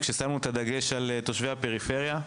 כשהדגש שלנו היה על תושבי הפריפריה.